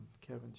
Kevin